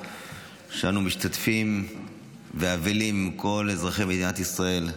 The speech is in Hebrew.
שאנו משתתפים ואבלים עם כל אזרחי מדינת ישראל על